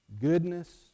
goodness